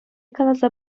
каласа